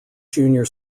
junior